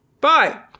Bye